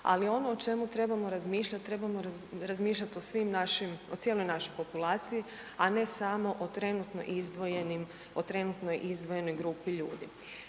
ali ono o čemu trebamo razmišljati, trebamo razmišljati o svim našim, o cijeloj našoj populaciji, a ne samo o trenutno izdvojenim,